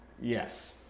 Yes